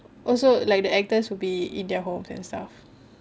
also like the actors will be in their homes and stuff